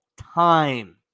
time